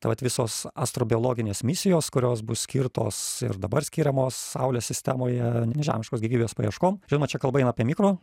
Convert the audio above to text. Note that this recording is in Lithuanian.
tai vat visos astrobioginės misijos kurios bus skirtos ir dabar skiriamos saulės sistemoje nežemiškos gyvybės paieškom žinoma čia kalba eina apie mikro